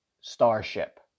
starship